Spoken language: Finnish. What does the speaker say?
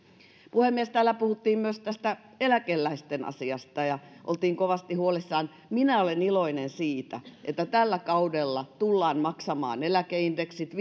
puhemies täällä puhuttiin myös tästä eläkeläisten asiasta ja oltiin kovasti huolissaan minä olen iloinen siitä että tällä kaudella tullaan maksamaan eläkeindeksit